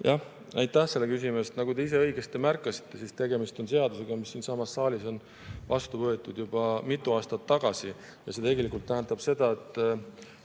Aitäh selle küsimuse eest! Nagu te ise õigesti märkisite, tegemist on seadusega, mis on siinsamas saalis vastu võetud juba mitu aastat tagasi. See tegelikult tähendab seda, et